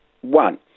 One